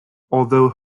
although